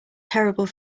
terrible